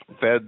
fed